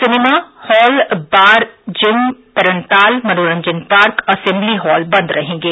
cinema hall bar gym तरणताल मनोरंजन park assembly hall बन्द रहेंगे